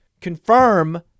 confirm